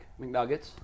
McNuggets